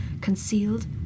concealed